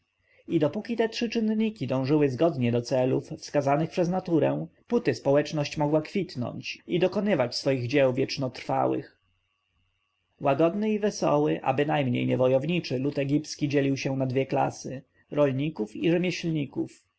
i dopóki te trzy czynniki dążyły zgodnie do celów wskazanych przez naturę póty społeczność mogła kwitnąć i dokonywać swoich dzieł wiecznotrwałych łagodny i wesoły a bynajmniej nie wojowniczy lud egipski dzielił się na dwie klasy rolników i rzemieślników